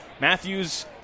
Matthews